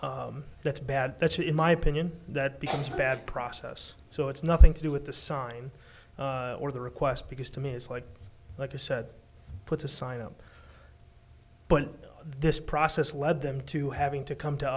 that's bad that's in my opinion that becomes a bad process so it's nothing to do with the sign or the request because to me it's like like i said put a sign up but this process led them to having to come to